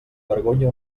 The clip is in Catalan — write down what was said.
vergonya